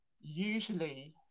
usually